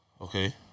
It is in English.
okay